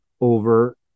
over